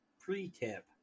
pre-tip